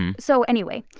so anyway,